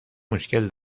مشکل